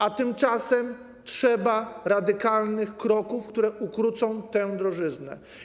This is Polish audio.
A tymczasem trzeba radykalnych kroków, które ukrócą tę drożyznę.